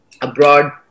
abroad